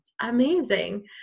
amazing